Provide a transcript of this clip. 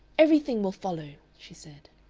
everything will follow, she said.